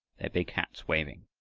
their big hats waving,